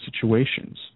situations